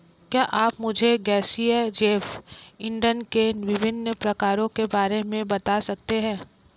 क्या आप मुझे गैसीय जैव इंधन के विभिन्न प्रकारों के बारे में बता सकते हैं?